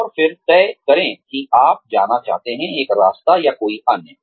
और फिर तय करें कि आप जाना चाहते हैं एक रास्ता या कोई अन्य